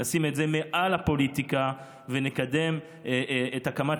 נשים את זה מעל הפוליטיקה ונקדם את הקמת